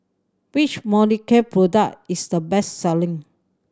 which Molicare product is the best selling